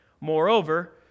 Moreover